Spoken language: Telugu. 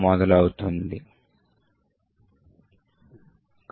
మనము చేయబోయేది పేలోడ్ను సృష్టించడం